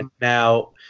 Now